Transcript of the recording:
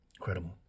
incredible